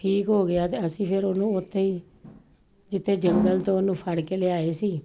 ਠੀਕ ਹੋ ਗਿਆ ਤਾਂ ਅਸੀਂ ਫਿਰ ਉਹਨੂੰ ਉੱਥੇ ਹੀ ਜਿੱਥੇ ਜੰਗਲ ਤੋਂ ਉਹਨੂੰ ਫੜ ਕੇ ਲਿਆਏ ਸੀ